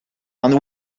and